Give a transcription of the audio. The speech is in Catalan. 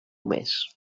més